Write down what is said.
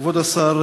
כבוד השר,